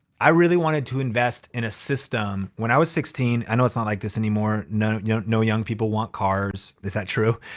i really wanted to invest in a system when i was sixteen. i know it's not like this anymore. no young no young people want cars. is that true?